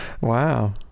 wow